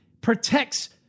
protects